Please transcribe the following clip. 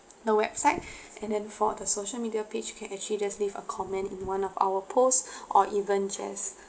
the website and then for the social media page you can actually does leave a comment in one of our posts or even just